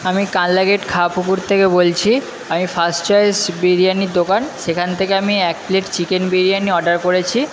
আমি কালনা গেট খাঁ পুকুর থেকে বলছি আমি ফার্স্ট চয়েস বিরিয়ানির দোকান সেখান থেকে আমি এক প্লেট চিকেন বিরিয়ানি অর্ডার করেছি